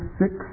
six